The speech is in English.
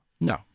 No